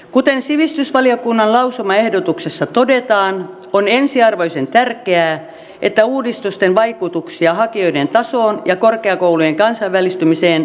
kuten sivistysvaliokunnan lausumaehdotuksessa todetaan on ensiarvoisen tärkeää että uudistusten vaikutuksia hakijoiden tasoon ja korkeakoulujen kansainvälistymiseen seurataan